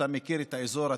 אתה מכיר את האזור,